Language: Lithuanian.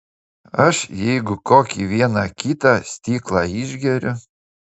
aš jeigu kokį vieną kitą stiklą išgeriu